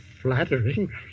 flattering